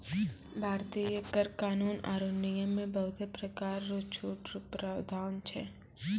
भारतीय कर कानून आरो नियम मे बहुते परकार रो छूट रो प्रावधान छै